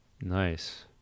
Nice